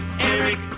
Eric